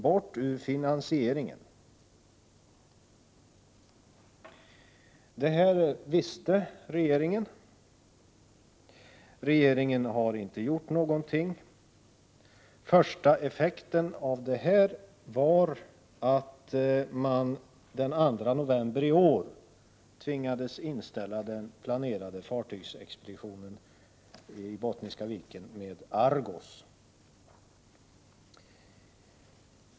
bort ur finansieringen.” Detta visste regeringen. Regeringen har inte gjort någonting. Första effekten av detta var att man den 2 november i år tvingades inställa den planerade fartygsexpeditionen i Bottniska viken med Argus.